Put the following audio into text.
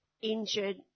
injured